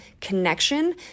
connection